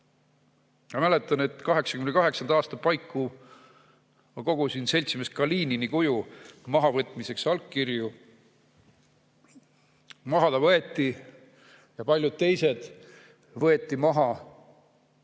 Ma mäletan, et 1988. aasta paiku ma kogusin seltsimees Kalinini kuju mahavõtmiseks allkirju. Maha ta võeti. Ja paljud teised võeti ka maha.